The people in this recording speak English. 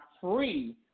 free